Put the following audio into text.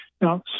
Now